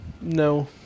No